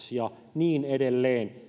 niin edelleen